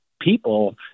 people